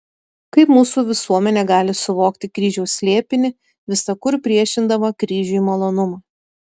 kaip mūsų visuomenė gali suvokti kryžiaus slėpinį visa kur priešindama kryžiui malonumą